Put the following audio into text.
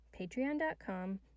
Patreon.com